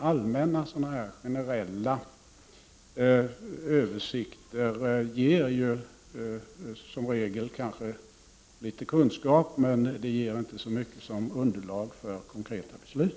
Allmänna, generella, översikter ger som regel kanske litet kunskap men är inte mycket till underlag för konkreta beslut.